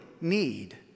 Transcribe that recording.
need